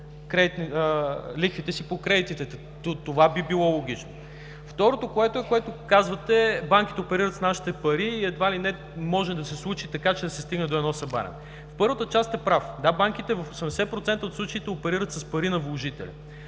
лихвите си по кредитите. Това би било логично. Второто, което казвате: „Банките оперират с нашите пари и едва ли не може да се случи така, че да се стигне до едно събаряне“. В първата част сте прав – да, банките в 80% от случаите оперират с пари на вложителя.